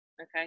Okay